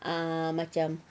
ah macam